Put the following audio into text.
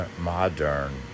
modern